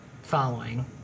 following